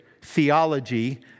theology